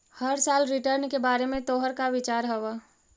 हर साल रिटर्न के बारे में तोहर का विचार हवऽ?